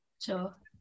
sure